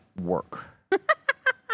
work